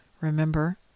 Remember